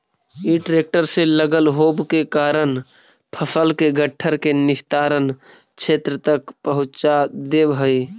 इ ट्रेक्टर से लगल होव के कारण फसल के घट्ठर के निस्तारण क्षेत्र तक पहुँचा देवऽ हई